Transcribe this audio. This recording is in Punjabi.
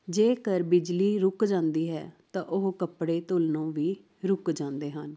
ਜੇਕਰ ਬਿਜਲੀ ਰੁੱਕ ਜਾਂਦੀ ਹੈ ਤਾਂ ਉਹ ਕੱਪੜੇ ਧੁੱਲਨੋਂ ਵੀ ਰੁੱਕ ਜਾਂਦੇ ਹਨ